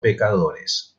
pecadores